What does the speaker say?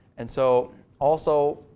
and so also,